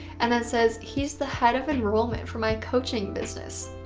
and then says he's the head of enrollment for my coaching business.